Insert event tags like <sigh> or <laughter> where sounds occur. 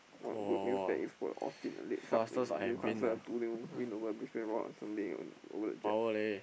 what good news that is for Austin in Newcastle two new win over Brisbane-Roar on Sunday over the jets <noise>